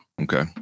Okay